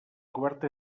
coberta